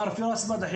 מר פיראס בדחי,